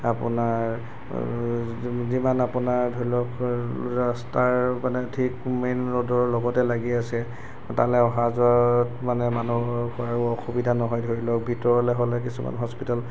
আপোনাৰ যিমান আপোনাৰ ধৰি লওক ৰাস্তাৰ মানে ঠিক মেইন ৰোডৰ লগতে লাগি আছে তালৈ অহা যোৱাত মানে মানুহৰ কাৰো অসুবিধা নহয় ধৰি লওক ভিতৰলৈ হ'লে কিছুমান হস্পিটেল